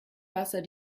wasser